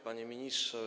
Panie Ministrze!